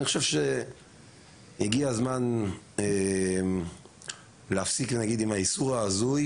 אני חושב שהגיע הזמן להפסיק עם האיסור ההזוי